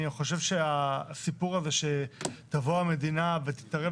אני חושב שהסיפור הזה שתבוא המדינה ותתערב